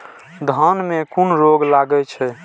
धान में कुन रोग लागे छै?